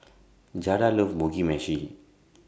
Jada loves Mugi Meshi